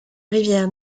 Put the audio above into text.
rivière